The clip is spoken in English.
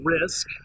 Risk